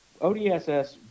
odss